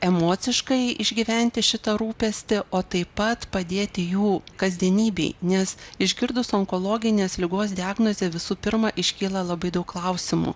emociškai išgyventi šitą rūpestį o taip pat padėti jų kasdienybėj nes išgirdus onkologinės ligos diagnozę visų pirma iškyla labai daug klausimų